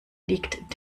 liegt